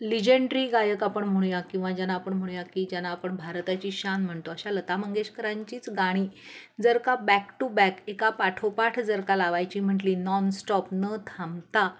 legendary गायक आपण म्हणूया किंवा ज्यांना आपण म्हणूया की ज्यांना आपण भारताची शान म्हणतो अशा लता मंगेशकरांचीच गाणी जर का बॅक टू बॅक एका पाठोपाठ जर का लावायची म्हटली नॉनस्टॉप न थांबता